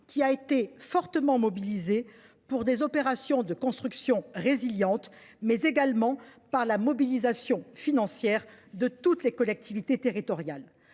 Barnier, fortement mobilisé pour des opérations de construction résilientes, ainsi que la mobilisation financière de toutes les collectivités territoriales.